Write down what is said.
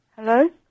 Hello